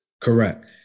Correct